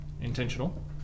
intentional